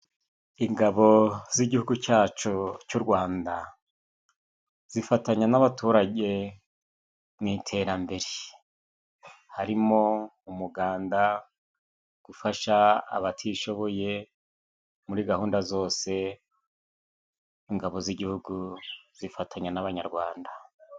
Ingabo z'igihugu cyacu cy'u Rwanda zifatanya n'abaturage mu iterambere; harimo umuganda, gufasha abatishoboye muri gahunda zose ingabo z'igihugu zifatanya n'abanyarwanda.